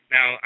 Now